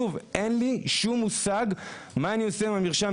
אין לי שום מושג מה אני עושה עם המרשם